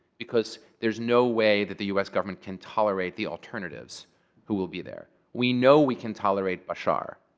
because there's no way that the us government can tolerate the alternatives who will be there. we know we can tolerate bashar.